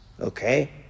okay